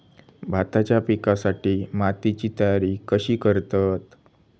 भाताच्या पिकासाठी मातीची तयारी कशी करतत?